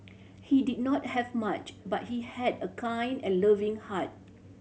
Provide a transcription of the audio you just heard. he did not have much but he had a kind and loving heart